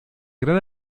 gran